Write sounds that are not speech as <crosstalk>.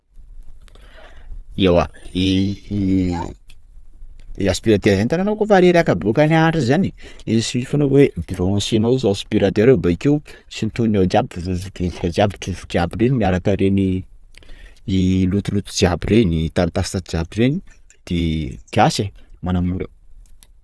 Ewa <hesitation> i aspiratera zany itanao kôfa reraka bôka nianatra zany? _x000D_ Il suffit fôna hoe: bransenao aspiratera io bakeo sintoniny ao jiaby vovobovoka jiaby, jofo jiaby reny, miaraka reny <hesitation> i lotoloto jiaby reny; taratasy tasy jiaby reny; de kiasy e! manamora.